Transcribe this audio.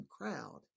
crowd